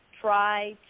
try